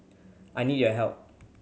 I need your help